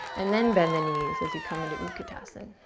and then bend the knees as you come into utkatasana.